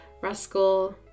Rascal